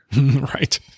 Right